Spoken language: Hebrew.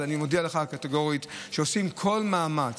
אני מודיע לך קטגורית שעושים כל מאמץ,